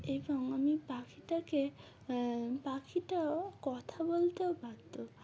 এবং আমি পাখিটাকে পাখিটাও কথা বলতেও পারত